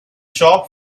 shop